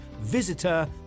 visitor